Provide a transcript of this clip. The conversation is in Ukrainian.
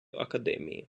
академії